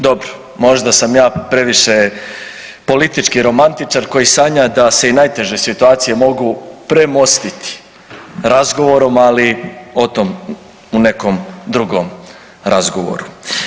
Dobro, možda sam ja previše politički romantičar koji sanja da se i najteže situacije mogu premostiti razgovorom, ali o tom u nekom drugom razgovoru.